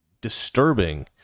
disturbing